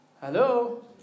Hello